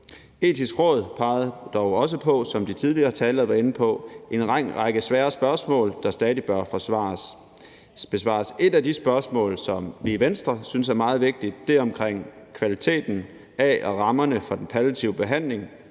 Etiske Råd peger dog også, som de tidligere talere har været inde på, på en lang række svære spørgsmål, der stadig bør besvares. Et af de spørgsmål, som vi i Venstre synes er meget vigtigt, er om kvaliteten af og rammerne for den palliative behandling,